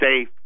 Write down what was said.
safe